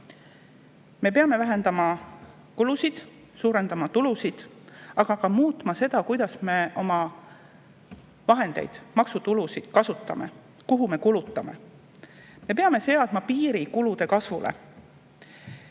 Me peame vähendama kulusid ja suurendama tulusid, aga muutma ka seda, kuidas me oma vahendeid, maksutulusid kasutame, kuhu me neid kulutame. Me peame seadma piiri kulude kasvule.